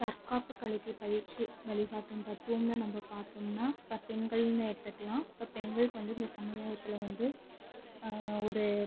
தற்காப்பு கலைக்கு பயிற்சி வழிகாட்டும் தத்துவம்னு நம்ம பார்த்தோம்னா இப்போ பெண்கள்னு எடுத்துக்கலாம் இப்போ பெண்களுக்கு வந்து இந்த சமுதாயத்தில் வந்து ஒரு